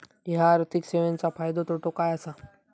हया आर्थिक सेवेंचो फायदो तोटो काय आसा?